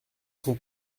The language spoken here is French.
son